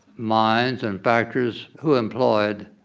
mines and factories who employed